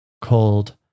called